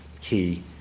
key